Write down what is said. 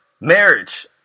marriage